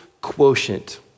quotient